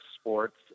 sports